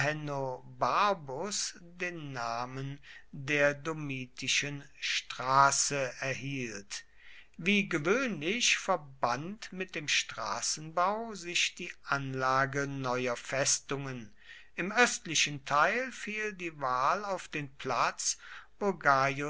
den namen der domitischen straße erhielt wie gewöhnlich verband mit dem straßenbau sich die anlage neuer festungen im östlichen teil fiel die wahl auf den platz